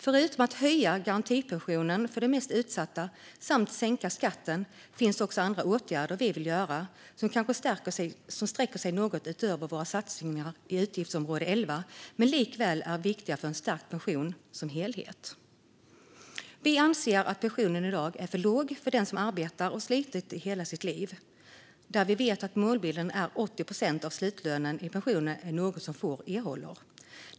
Förutom att höja garantipensionen för de mest utsatta samt sänka skatten finns det andra åtgärder vi vill göra som kanske sträcker sig något utöver våra satsningar i utgiftsområde 11 men likväl är viktiga för en stärkt pension som helhet. Vi anser att pensionen i dag är för låg för den som arbetat och slitit i hela sitt liv. Vi vet att målbilden om 80 procent av slutlönen i pension är något som få erhåller.